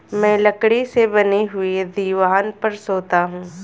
मैं लकड़ी से बने हुए दीवान पर सोता हूं